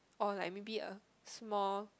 or like maybe a small